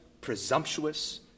presumptuous